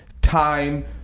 time